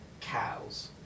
cows